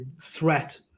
threat